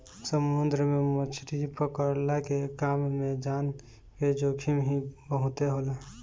समुंदर में मछरी पकड़ला के काम में जान के जोखिम ही बहुते होला